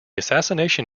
assassination